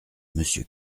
monsieur